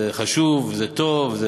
זה חשוב, זה טוב.